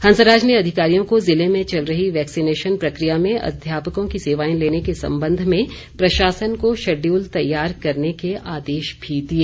हंसराज ने अधिकारियों को जिले में चल रही वैक्सीनेशन प्रक्रिया में अध्यापकों की सेवाएं लेने के संबंध में प्रशासन को शड्यूल तैयार करने के आदेश भी दिए